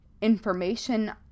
information